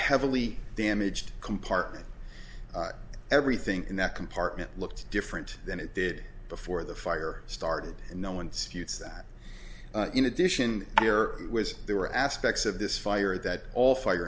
heavily damaged compartment everything in that compartment looked different than it did before the fire started and know once that in addition there was there were aspects of this fire that all fire